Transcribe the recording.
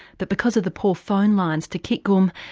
but because of the poor phone lines to kitgum,